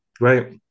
Right